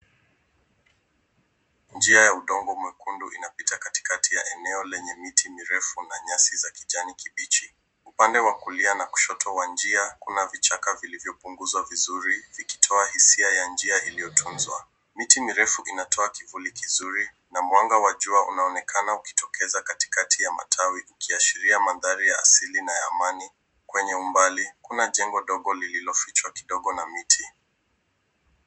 Njia ya udongo mwekundu inapita katikati ya eneo lenye miti mirefu na nayasi za kijani kibichi, upande wa kulia na kushoto wa njia kuna vichaka vilivyopuguzwa vizuri vikitoa hisia ya njia iliyotuzwa. Miti mirefu inatoa kivuli kizuri na mwanga wa juwa unaonekana ukitokeza kati kati ya matawi ukiashiria mandhari ya asili na ya amani kwenye umbali kuna jengo dogo lililofichwa kidogo na miti.